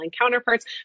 counterparts